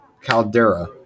caldera